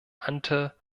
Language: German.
ante